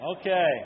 Okay